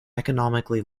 economically